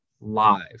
live